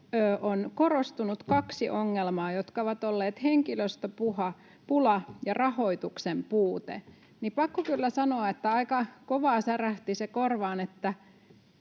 on korostunut kaksi ongelmaa, jotka ovat olleet henkilöstöpula ja rahoituksen puute, niin on pakko kyllä sanoa, että se aika kovaa särähti korvaan.